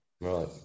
Right